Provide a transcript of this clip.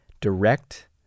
direct